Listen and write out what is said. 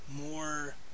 more